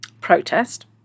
protest